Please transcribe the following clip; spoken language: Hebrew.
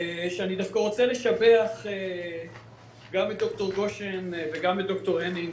שאני דווקא רוצה לשבח גם את ד"ר גשן וגם את ד"ר הניג